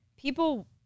people